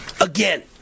again